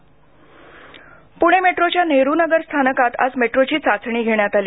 प्णे मेट्रोच्या नेहरू नगर स्थानकात आज मेट्रोची चाचणी घेण्यात आली